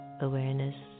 awareness